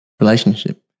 Relationship